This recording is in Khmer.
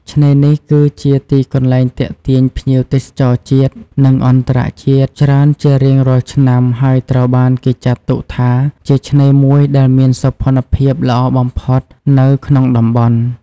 ឆ្នេរនេះគឺជាទីកន្លែងទាក់ទាញភ្ញៀវទេសចរជាតិ និងអន្តរជាតិច្រើនជារៀងរាល់ឆ្នាំ ហើយត្រូវបានគេចាត់ទុកថាជាឆ្នេរមួយដែលមានសោភ័ណភាពល្អបំផុតនៅ ក្នុងតំបន់។